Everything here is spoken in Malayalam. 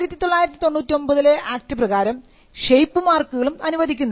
1999 ലെ ആക്ട് പ്രകാരം ഷേപ്പ് മാർക്കുകളും അനുവദിക്കുന്നുണ്ട്